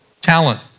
Talent